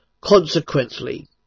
Consequently